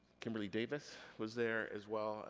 kimberly davis was there, as well,